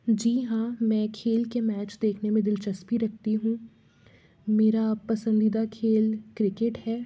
जी हाँ मैं खेल के मैच देखने में दिलचस्पी रखती हूँ मेरा पसंदीदा खेल क्रिकेट है